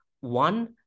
one